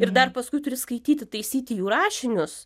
ir dar paskui turi skaityti taisyti jų rašinius